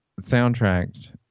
soundtrack